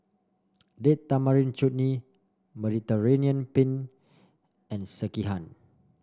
Date Tamarind Chutney Mediterranean Penne and Sekihan